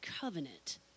covenant